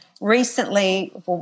recently